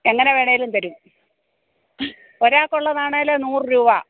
എങ്ങനെ വേണേലും തരും ഒരാൾക്കുള്ളതാണേൽ നൂറ് രൂപ